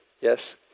Yes